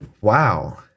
Wow